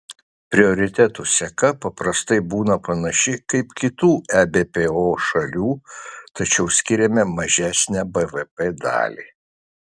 prioritetų seka paprastai būna panaši kaip kitų ebpo šalių tačiau skiriame mažesnę bvp dalį